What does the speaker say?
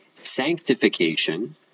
Sanctification